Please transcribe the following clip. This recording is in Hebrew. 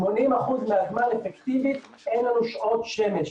80 אחוזים מהזמן אקטיבית אין לנו שעות שמש.